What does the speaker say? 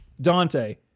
Dante